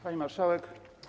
Pani Marszałek!